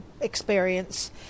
experience